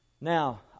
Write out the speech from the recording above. Now